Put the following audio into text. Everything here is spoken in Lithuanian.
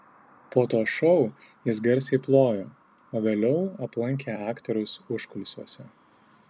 po to šou jis garsiai plojo o vėliau aplankė aktorius užkulisiuose